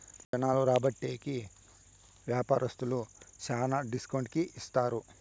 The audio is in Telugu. జనాలు రాబట్టే కి వ్యాపారస్తులు శ్యానా డిస్కౌంట్ కి ఇత్తారు